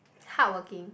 hardworking